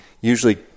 usually